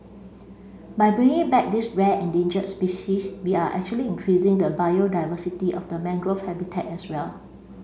by bringing back this rare endangered species we are actually increasing the biodiversity of the mangrove habitat as well